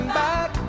back